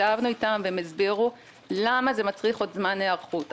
ישבנו איתם והם הסבירו למה זה מצריך עוד זמן היערכות.